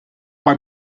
bei